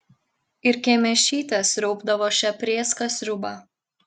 ir kemėšytė sriaubdavo šią prėską sriubą